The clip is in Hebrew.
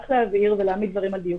רק להבהיר ולהעמיד דברים על דיוקם: